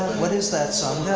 what is that song?